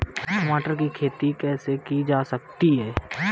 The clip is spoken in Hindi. टमाटर की खेती कैसे की जा सकती है?